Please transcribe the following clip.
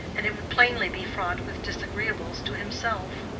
and it would plainly be fraught with disagreeables to himself.